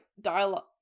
dialogue